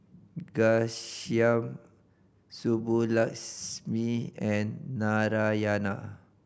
Ghanshyam Subbulakshmi and Narayana